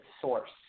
Source